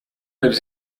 lives